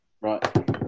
Right